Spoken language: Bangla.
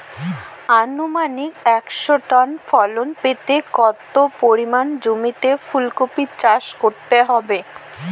আনুমানিক একশো টন ফলন পেতে কত পরিমাণ জমিতে ফুলকপির চাষ করতে হবে?